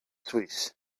sweet